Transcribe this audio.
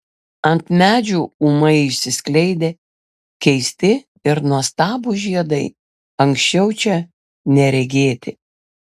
ant medžių ūmai išsiskleidė keisti ir nuostabūs žiedai anksčiau čia neregėti